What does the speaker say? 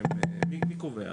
מי קובע?